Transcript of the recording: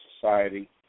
society